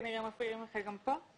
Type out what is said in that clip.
כנראה מפריעים לך גם כאן.